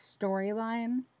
storyline